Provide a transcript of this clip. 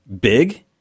big